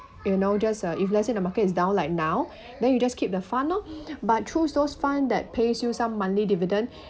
you know just uh if let say the market's down like now then you just keep the fund orh but choose those fund that pays you some monthly dividend